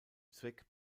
zweck